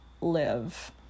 live